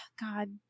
god